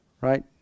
right